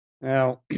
Now